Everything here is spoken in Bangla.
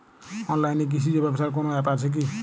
অনলাইনে কৃষিজ ব্যবসার কোন আ্যপ আছে কি?